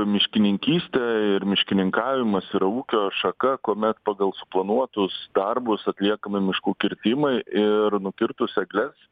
miškininkystė ir miškininkavimas yra ūkio šaka kuomet pagal suplanuotus darbus atliekami miškų kirtimai ir nukirtus egles